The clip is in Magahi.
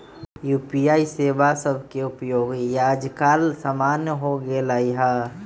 यू.पी.आई सेवा सभके उपयोग याजकाल सामान्य हो गेल हइ